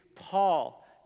Paul